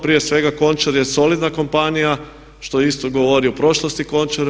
Prije svega Končar je solidna kompanija što isto govori o prošlosti Končara.